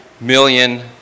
million